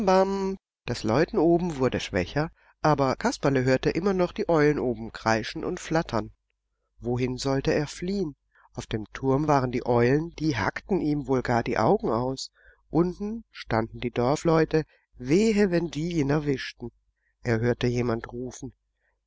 das läuten oben wurde schwächer aber kasperle hörte noch immer die eulen oben kreischen und flattern wohin sollte er fliehen auf dem turm waren die eulen die hackten ihm wohl gar die augen aus unten standen die dorfleute wehe wenn die ihn erwischten er hörte jemand rufen